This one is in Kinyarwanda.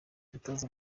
umutoza